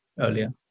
earlier